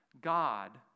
God